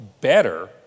better